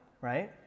right